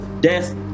death